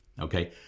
okay